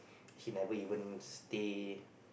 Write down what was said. he never even stay